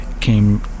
came